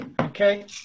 Okay